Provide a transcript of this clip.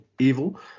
Evil